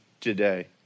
today